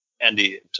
Andy